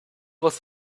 was